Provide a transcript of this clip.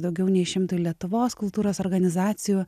daugiau nei šimtui lietuvos kultūros organizacijų